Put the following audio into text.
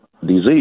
disease